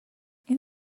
این